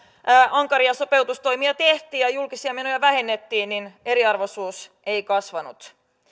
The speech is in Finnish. ankaria sopeutustoimia tehtiin ja julkisia menoja vähennettiin eriarvoisuus ei kasvanut